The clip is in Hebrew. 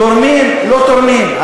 תורמים, לא תורמים.